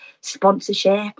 sponsorship